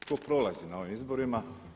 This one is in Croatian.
To prolazi na ovim izborima.